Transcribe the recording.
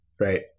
Right